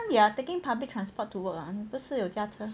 err you are taking public transport to work ah 你不是有驾车